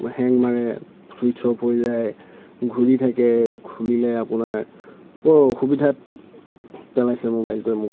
হেং মাৰে ছুইটছ অফ হৈ যায় ঘূৰি থাকে খুলিলে আপোনাৰ বৰ অসুবিধাত পেলাইছে মোবাইলটোৱে মোক